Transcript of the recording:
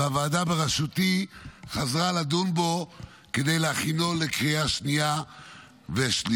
והוועדה בראשותי חזרה לדון בו כדי להכינו לקריאה השנייה והשלישית.